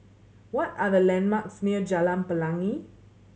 what are the landmarks near Jalan Pelangi